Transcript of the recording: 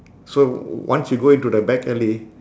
so once you go into the back alley